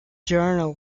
journal